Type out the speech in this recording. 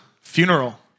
Funeral